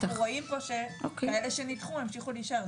אנחנו רואים פה שכאלה שנדחו המשיכו להישאר,